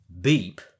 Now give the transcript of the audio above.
beep